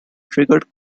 triggered